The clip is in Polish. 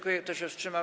Kto się wstrzymał?